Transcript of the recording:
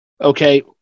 Okay